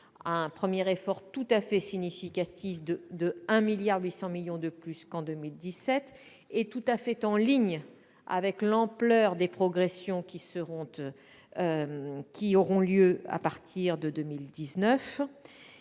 un premier effort tout à fait significatif, de 1,8 milliard d'euros de plus qu'en 2017. C'est tout à fait en ligne avec l'ampleur des progressions qui auront lieu à partir de 2019.